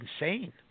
insane